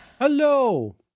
Hello